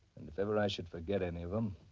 and if ever i should forget any of them.